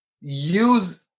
Use